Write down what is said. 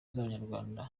z’abanyarwanda